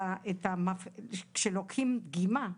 כשלוקחים דגימה,